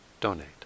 donate